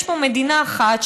יש פה מדינה אחת,